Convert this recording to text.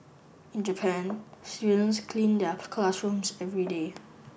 in Japan students clean their classrooms every day